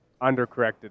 undercorrected